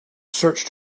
searched